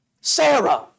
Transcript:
Sarah